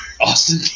Austin